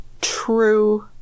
true